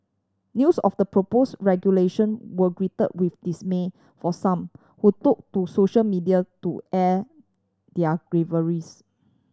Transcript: news of the propose regulation were greet with dismay for some who took to social media to air their